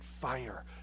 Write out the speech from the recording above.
fire